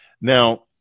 Now